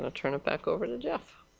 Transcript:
ah turn back over to jeff?